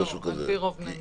על פי רוב בני משפחה.